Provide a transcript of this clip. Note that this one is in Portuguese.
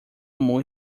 amor